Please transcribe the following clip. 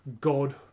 god